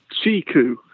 Chiku